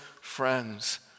friends